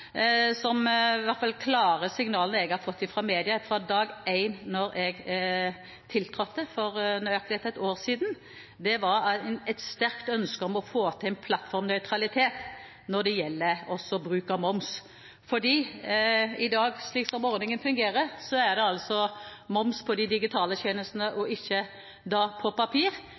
klare signalene jeg har fått fra media fra dag én siden jeg tiltrådte for nøyaktig ett år siden, er et sterkt ønske om å få til en plattformnøytralitet når det gjelder bruk av moms. For i dag, slik som ordningen fungerer, er det moms på de digitale tjenestene og ikke på det som kommer på papir,